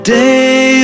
day